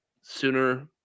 sooner